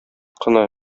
кына